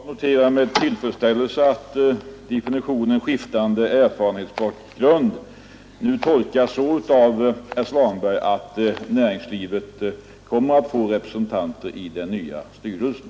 Herr talman! Jag noterar med tillfredsställelse att definitionen ”skiftande erfarenhetsbakgrund” nu tolkas så av herr Svanberg att näringslivet kommer att få representanter i den nya styrelsen.